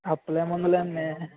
అప్పులో ఏం ఉందిలేండి